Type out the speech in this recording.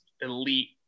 elite